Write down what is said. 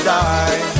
die